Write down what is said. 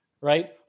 right